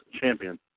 Champion